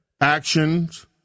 Actions